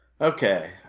okay